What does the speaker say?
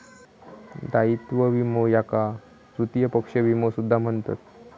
दायित्व विमो याका तृतीय पक्ष विमो सुद्धा म्हणतत